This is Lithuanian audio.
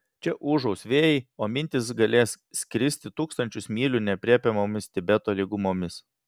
čia ūžaus vėjai o mintys galės skristi tūkstančius mylių neaprėpiamomis tibeto lygumomis